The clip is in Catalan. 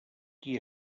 qui